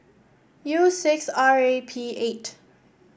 U six R A P eight